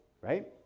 right